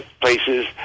places